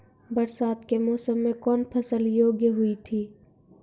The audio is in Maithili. बरसात के मौसम मे कौन फसल योग्य हुई थी?